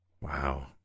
Wow